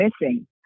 missing